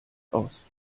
aus